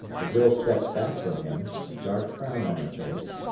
the girl stepped back from him, a dark frown on her face,